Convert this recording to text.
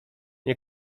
nie